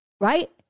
right